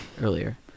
earlier